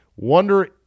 Wonder